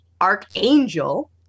archangel